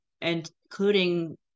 including